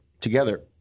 Together